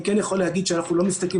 אני כן יכול להגיד שאנחנו לא מסתכלים